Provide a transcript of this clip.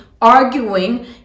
arguing